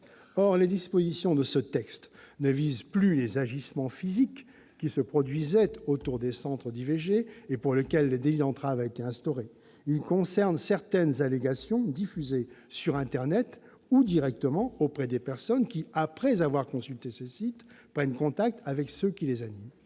Or les dispositions de ce texte ne visent plus les agissements physiques qui se produisaient autour des centres d'IVG et pour lesquels le délit d'entrave a été instauré. Elles concernent certaines allégations diffusées sur internet ou directement auprès de personnes qui, après avoir consulté ces sites, prennent contact avec ceux qui les animent.